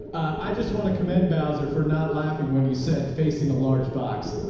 i just want to commend bowzer for not laughing. when you said facing a large box,